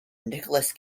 nicholas